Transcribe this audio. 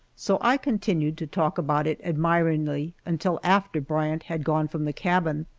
so i continued to talk about it admiringly until after bryant had gone from the cabin,